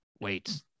Wait